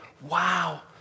wow